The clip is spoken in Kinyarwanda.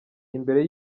imbere